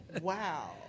Wow